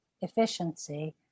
efficiency